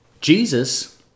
Jesus